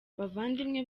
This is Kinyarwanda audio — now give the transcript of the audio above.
bavandimwe